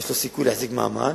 אם יש לו סיכוי להחזיק מעמד